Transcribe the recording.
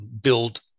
build